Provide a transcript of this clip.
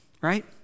right